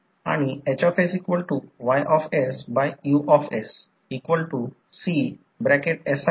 आणि ट्रान्स येथे ते N1 आहे आणि ही सेकंडरी साईड आहे प्रायमरी साईड आहे आणि येथे देखील करंट I1 आहे असे म्हणा हे टर्न N2 आहे आणि येथे करंट I2 आहे असे म्हणा